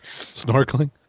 Snorkeling